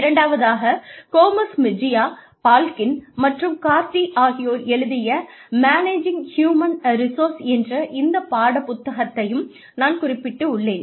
இரண்டாவதாக Gomez Mejia Balkin மற்றும் Cardy ஆகியோர் எழுதிய மேனேஜிங் ஹியூமன் ரிசோர்ஸ் என்ற இந்த பாடப்புத்தகத்தையும் நான் குறிப்பிட்டுள்ளேன்